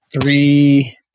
three